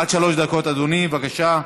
עד שלוש דקות, אדוני, בבקשה.